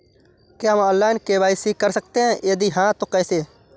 क्या हम online KYC कर सकते हैं यदि हाँ तो कैसे?